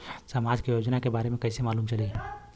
समाज के योजना के बारे में कैसे मालूम चली?